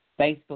Facebook